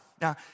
Now